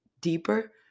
deeper